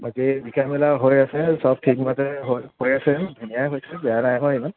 বাকী বিকা মেলা হৈ আছে সব ঠিকমতে হৈ হৈ আছে ধুনীয়াই হৈছে বেয়া নাই হোৱা ইমান